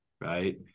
right